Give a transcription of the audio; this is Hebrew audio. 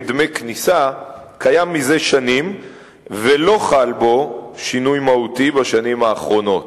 דמי כניסה קיים זה שנים ולא חל בו שינוי מהותי בשנים האחרונות,